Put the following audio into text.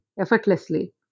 effortlessly